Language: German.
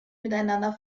miteinander